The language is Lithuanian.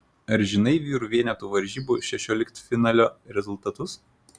ar žinai vyrų vienetų varžybų šešioliktfinalio rezultatus